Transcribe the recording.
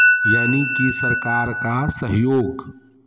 यानी कि सरकार का सहयोग